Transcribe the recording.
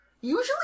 Usually